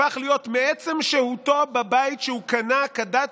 הפך להיות מעצם שהותו בבית שהוא קנה כדת